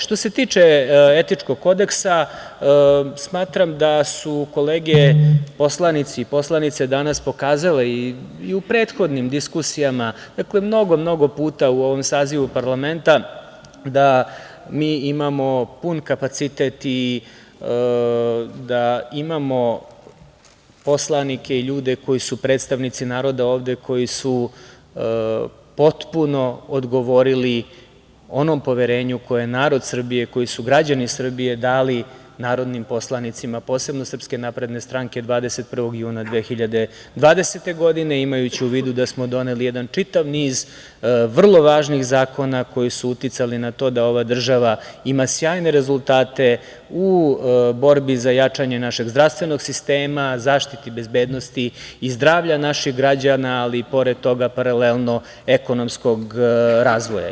Što se tiče etičkog kodeksa, smatram da su kolege poslanici i poslanice danas pokazali, i u prethodnim diskusijama, mnogo puta u ovom sazivu parlamenta, da mi imamo pun kapacitet i da imamo poslanike i ljude koji su predstavnici naroda ovde koji su potpuno odgovorili onom poverenju koje je narod Srbije, koji su građani Srbije dali narodnim poslanicima, posebno SNS 21. juna 2020. godine, imajući u vidu da smo doneli jedan čitav niz vrlo važnih zakona koji su uticali na to da država ima sjajne rezultate u borbi za jačanje našeg zdravstvenog sistema, zaštiti bezbednosti i zdravlja naših građana, ali pored toga, paralelno, ekonomskog razvoja.